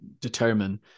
determine